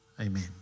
Amen